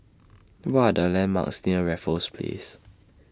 What Are The landmarks near Raffles Place